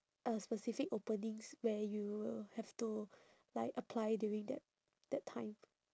uh specific openings where you have to like apply during that that time